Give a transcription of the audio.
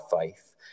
faith